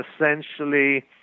essentially